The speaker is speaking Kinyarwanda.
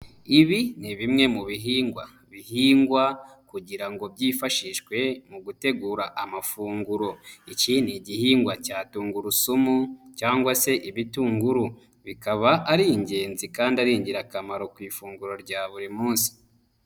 Ibi ni bimwe mu bihingwa bihingwa kugira ngo byifashishwe mu gutegura amafunguro. Iki ni igihingwa cya tungurusumu cyangwa se ibitunguru, bikaba ari ingenzi kandi ari ingirakamaro ku ifunguro rya buri munsi.